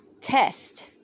test